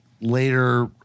Later